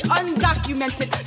undocumented